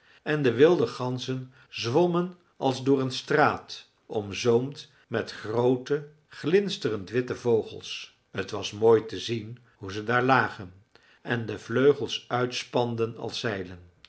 en de wilde ganzen zwommen als door een straat omzoomd met groote glinsterend witte vogels t was mooi te zien hoe ze daar lagen en de vleugels uitspanden als zeilen